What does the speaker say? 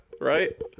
right